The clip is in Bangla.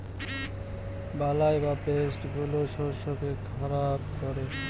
বালাই বা পেস্ট গুলো শস্যকে খারাপ করে